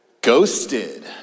Ghosted